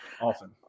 often